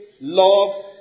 love